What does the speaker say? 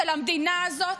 של המדינה הזאת,